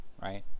right